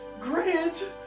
Grant